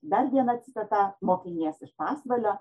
dar viena citata mokinės pasvalio